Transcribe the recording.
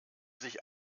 sich